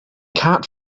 capped